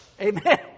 Amen